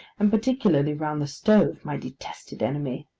and particularly round the stove, my detested enemy.